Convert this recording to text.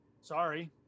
Sorry